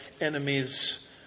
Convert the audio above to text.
enemies